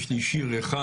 יש לי שיר אחד.